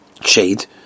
shade